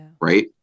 right